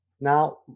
Now